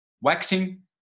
waxing